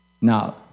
Now